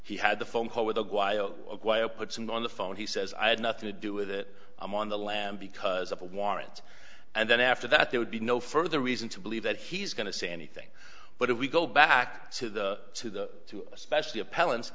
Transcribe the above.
he had the phone call with puts and on the phone he says i had nothing to do with it i'm on the lam because of a warrant and then after that there would be no further reason to believe that he's going to say anything but if we go back to the two the two especially